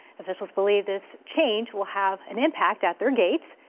officials believe this change will have an impact at their gates.